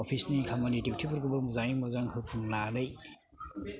अफिसफोरनि खामानि दिउथिफोरखौबो मोजाङै मोजां होफुंनानै